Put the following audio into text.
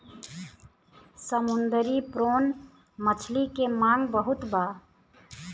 समुंदरी प्रोन मछली के मांग बहुत बा